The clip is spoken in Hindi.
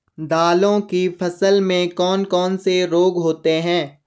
दालों की फसल में कौन कौन से रोग होते हैं?